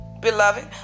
Beloved